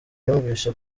yumvise